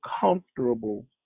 comfortable